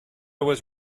was